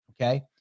Okay